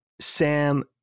Sam